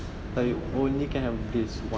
they only can empties